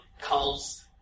calls